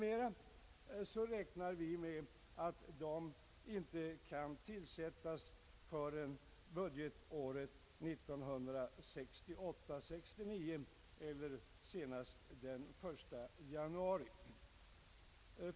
gör dock att vi räknar med att de inte kan inrättas förrän budgetåret 1968/69 eller senast den 1 januari 1969.